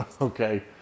okay